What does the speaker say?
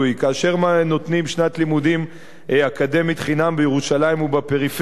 כאשר נותנים שנת לימודים אקדמית חינם בירושלים ובפריפריה,